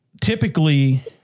typically